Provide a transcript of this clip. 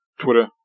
Twitter